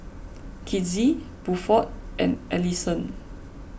Kizzie Buford and Allyson